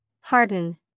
Harden